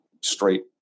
straight